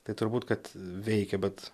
tai turbūt kad veikia bet